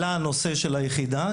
עלה הנושא של היחידה.